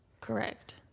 Correct